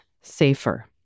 safer